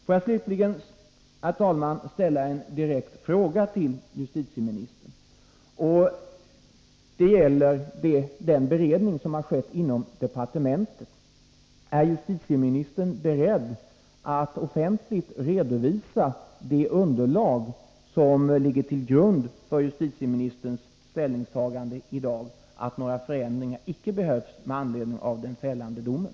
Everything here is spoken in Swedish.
Får jag slutligen, herr talman, ställa en direkt fråga till justitieministern, som gäller den beredning som har skett inom departementet: Är justitieministern beredd att offentligt redovisa det underlag som ligger till grund för justitieministerns ställningstagande i dag att några förändringar inte behövs med anledning av den fällande domen?